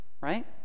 right